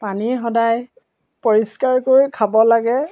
পানী সদায় পৰিষ্কাৰকৈ খাব লাগে